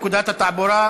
אין נמנעים,